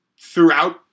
throughout